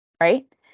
right